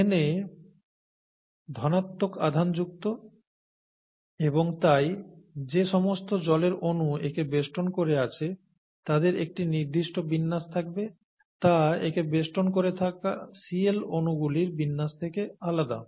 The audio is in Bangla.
Na ধনাত্মক আধানযুক্ত এবং তাই যে সমস্ত জলের অনু একে বেষ্টন করে আছে তাদের একটি নির্দিষ্ট বিন্যাস থাকবে তা একে বেষ্টন করে থাকা Cl অনুগুলির বিন্যাস থেকে আলাদা